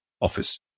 office